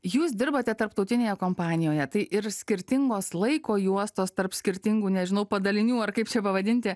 jūs dirbate tarptautinėje kompanijoje tai ir skirtingos laiko juostos tarp skirtingų nežinau padalinių ar kaip čia pavadinti